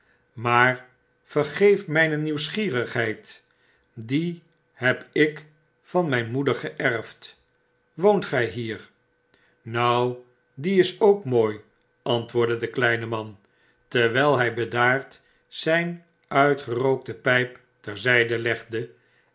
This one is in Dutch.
maar vergeef mijne nieuwsgierigheid die heb ik van myn moeder geerfd woont gp hier b nou die is ook mooi i antwoordde de kleine man terwyl hij bedaard zijn uitgerookte pyp ter zyde legde